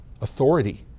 authority